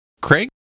Craig